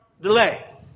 delay